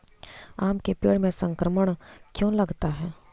आम के पेड़ में संक्रमण क्यों लगता है?